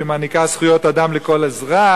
שמעניקה זכויות אדם לכל אזרח,